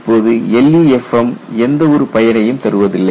இப்போது LEFM எந்த ஒரு பயனையும் தருவதில்லை